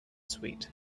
sweet